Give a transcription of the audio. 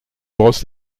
brosse